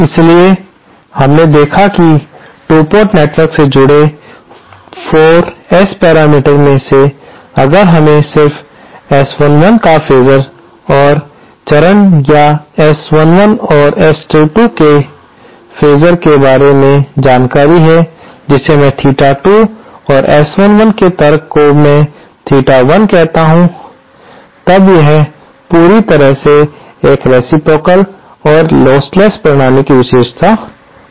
इसलिए हमने देखा कि 2 पोर्ट नेटवर्क से जुड़े 4 S पैरामीटर में से अगर हमें सिर्फ S11 का फेसर और चरण या S11और S22 के सर के बारे में जानकारी है जिसे मैं थीटा 2 और S11 के तर्क को मैं थीटा 1 कहता हूं तब यह पूरी तरह से एक रेसिप्रोकाल और लोस्टलेस प्रणाली की विशेषता हो सकती है